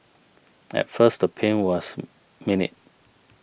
at first the pain was minute